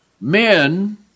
men